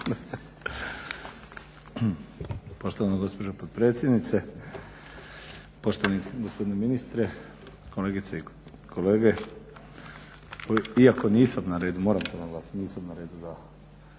Poštovana gospođo potpredsjednice, poštovani gospodine ministre, kolegice i kolege. Iako nisam na redu, moram to naglasiti, nisam na redu za